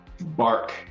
bark